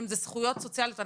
מדובר בזכויות סוציאליות.